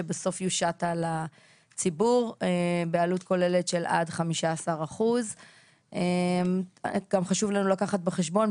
שבסוף יושת על הציבור בעלות כוללת של עד 15%. גם חשוב לנו לקחת בחשבון,